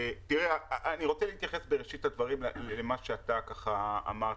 אני רוצה להתייחס בראשית הדברים למה שאתה אמרת.